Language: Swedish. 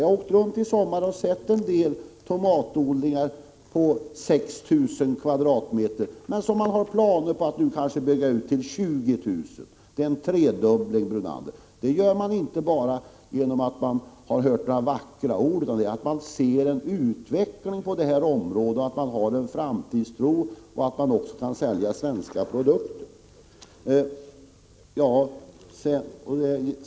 Jag har åkt omkring i landet i sommar och har då sett en del tomatodlingar som sträckt sig över 6 000 kvadratmeter och som man har planer på att utöka till 20 000 kvadratmeter. Det är en tredubbling, Lennart Brunander! Sådant gör man inte bara därför att man har hört några vackra ord utan det gör man därför att man ser möjligheter till en utveckling på området och därför att man har en framtidstro — man kan sälja svenska produkter.